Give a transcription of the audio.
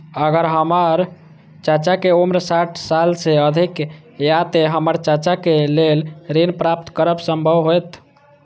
अगर हमर चाचा के उम्र साठ साल से अधिक या ते हमर चाचा के लेल ऋण प्राप्त करब संभव होएत?